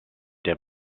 der